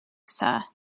sir